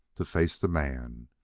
to face the man.